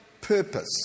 purpose